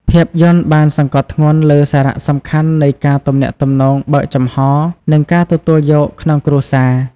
ភាពយន្តបានសង្កត់ធ្ងន់លើសារៈសំខាន់នៃការទំនាក់ទំនងបើកចំហ និងការទទួលយកក្នុងគ្រួសារ។